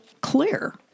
clear